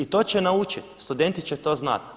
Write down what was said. I to će naučit, studenti će to znat.